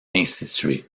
institué